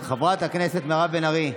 חברת הכנסת מירב בן ארי,